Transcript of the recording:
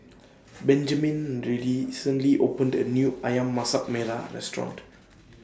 Benjamin really recently opened A New Ayam Masak Melah Restaurant